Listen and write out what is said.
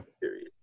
period